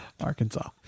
Arkansas